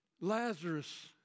Lazarus